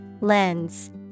Lens